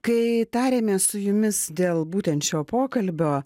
kai tarėmės su jumis dėl būtent šio pokalbio